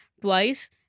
twice